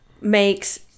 makes